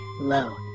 low